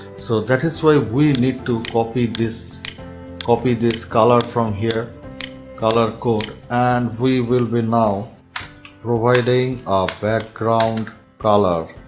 so that is why we need to copy this copy this color from here color code and we will be now providing a background color.